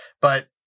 But-